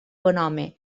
bonhome